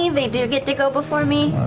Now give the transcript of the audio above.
me? they do get to go before me?